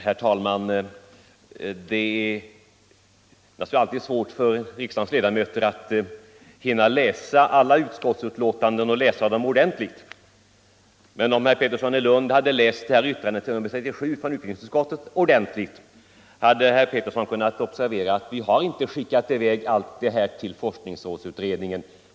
Herr talman! Det är alltid svårt för riksdagens ledamöter att hinna läsa alla utskottsbetänkanden. Om herr Pettersson i Lund hade läst betänkandet 37 från utbildningsutskottet ordentligt, hade han kunnat observera att vi inte vill skicka i väg allt detta till forskningsrådsutredningen.